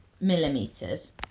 millimeters